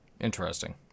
Interesting